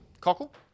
Cockle